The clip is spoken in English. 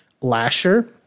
Lasher